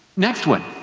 next one,